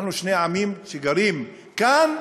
אנחנו שני עמים שגרים כאן.